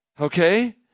okay